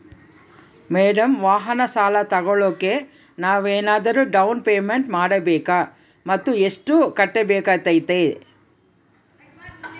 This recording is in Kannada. ಮೇಡಂ ವಾಹನ ಸಾಲ ತೋಗೊಳೋಕೆ ನಾವೇನಾದರೂ ಡೌನ್ ಪೇಮೆಂಟ್ ಮಾಡಬೇಕಾ ಮತ್ತು ಎಷ್ಟು ಕಟ್ಬೇಕಾಗ್ತೈತೆ?